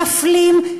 מפלים,